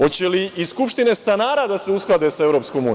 Oće li i skupštine stanara da se usklade sa EU?